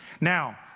Now